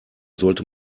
sollte